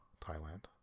Thailand